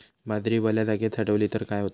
बाजरी वल्या जागेत साठवली तर काय होताला?